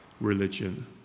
religion